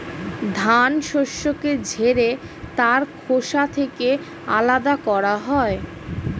ধান শস্যকে ঝেড়ে তার খোসা থেকে আলাদা করা হয়